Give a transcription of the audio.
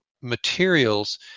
materials